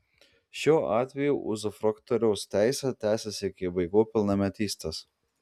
šiuo atveju uzufruktoriaus teisė tęsiasi iki vaikų pilnametystės